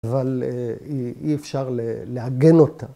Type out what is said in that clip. ‫אבל אי אפשר לעגן אותה.